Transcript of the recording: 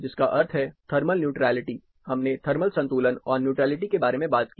जिसका अर्थ है थर्मल न्यूट्रैलिटी हमने थर्मल संतुलन और न्यूट्रलिटी के बारे में बात की